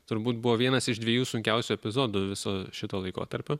turbūt buvo vienas iš dviejų sunkiausių epizodų visu šituo laikotarpiu